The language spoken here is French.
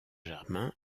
germain